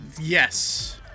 Yes